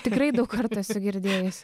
tikrai daug kartų esu girdėjusi